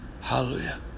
Hallelujah